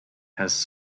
has